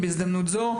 ובהזדמנות זו,